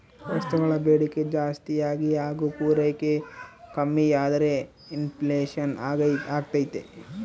ವಸ್ತುಗಳ ಬೇಡಿಕೆ ಜಾಸ್ತಿಯಾಗಿ ಹಾಗು ಪೂರೈಕೆ ಕಮ್ಮಿಯಾದ್ರೆ ಇನ್ ಫ್ಲೇಷನ್ ಅಗ್ತೈತೆ